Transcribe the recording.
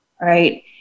Right